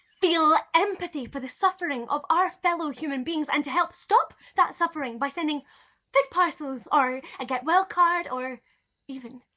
feel empathy for the suffering of our fellow human beings and to help stop that suffering by sending food parcels or a get well card, or even,